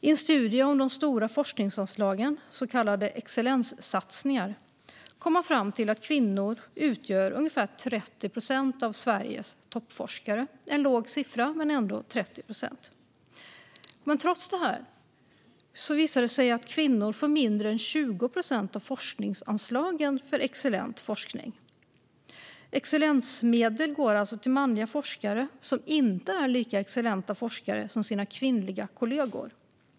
I en studie om de stora forskningsanslagen, så kallade excellenssatsningar, kom man fram till att kvinnor utgör ungefär 30 procent av Sveriges toppforskare. Det är en låg siffra, men ändå 30 procent. Trots detta visar det sig att kvinnor får mindre än 20 procent av forskningsanslagen för excellent forskning. Excellensmedel går alltså till manliga forskare som inte är lika excellenta forskare som deras kvinnliga kollegor.